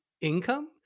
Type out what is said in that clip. income